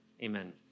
Amen